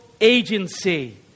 agency